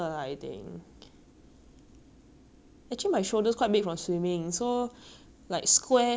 actually my shoulders quite big from swimming so like square straight necks 我穿了很难看 lah 看了很肥 lah